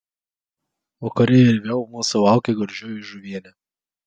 vakare ir vėl mūsų laukė gardžioji žuvienė